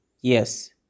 yes